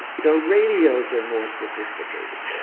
the radios are more sophisticated.